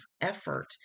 effort